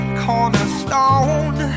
cornerstone